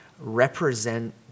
represent